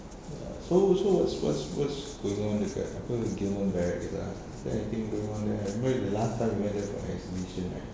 ya so so what's what's what's going on dekat apa gillman baracks is that ah is there anything going on there and when the last time we went there for exhibition right